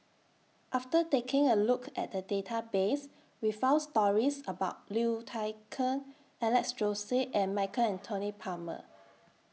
after taking A Look At The Database We found stories about Liu Thai Ker Alex Josey and Michael Anthony Palmer